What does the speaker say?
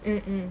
mm mm